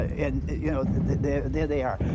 and you know, there there they are.